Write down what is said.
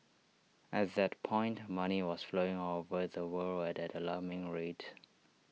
at that point money was flowing all over the world at an alarming rate